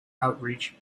outreach